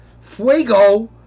Fuego